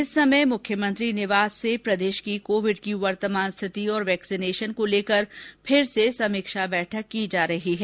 इस समय मुख्यमंत्री निवास से प्रदेश की कोविड की वर्तमान स्थिति और वैक्सीनेशन को लेकर फिर से समीक्षा बैठक की जा रही है